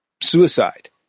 suicide